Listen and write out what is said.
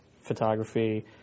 photography